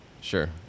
sure